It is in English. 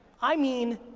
i mean,